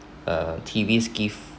uh T_V gives